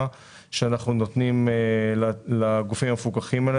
שאנחנו נותנים לגופים המפוקחים על ידינו.